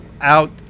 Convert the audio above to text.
out